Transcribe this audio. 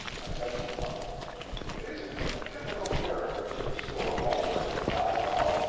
i said to the monk it is a difficult miracle to restore water in a dry well,